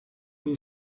too